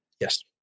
Yes